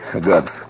Good